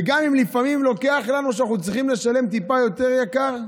וגם אם לפעמים זה עולה לנו בכך שאנחנו צריכים לשלם טיפה יותר יקר,